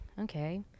Okay